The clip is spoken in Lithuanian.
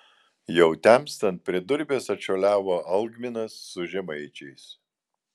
jau temstant prie durbės atšuoliavo algminas su žemaičiais